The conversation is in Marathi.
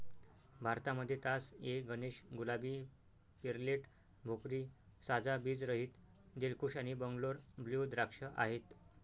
भारतामध्ये तास ए गणेश, गुलाबी, पेर्लेट, भोकरी, साजा, बीज रहित, दिलखुश आणि बंगलोर ब्लू द्राक्ष आहेत